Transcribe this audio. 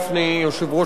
יושב-ראש ועדת הכספים,